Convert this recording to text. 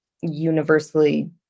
universally